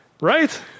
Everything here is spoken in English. Right